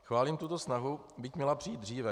Chválím tuto snahu, byť měla přijít dříve.